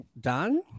done